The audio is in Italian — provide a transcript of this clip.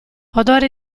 odore